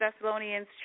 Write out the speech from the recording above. Thessalonians